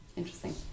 Interesting